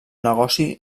negoci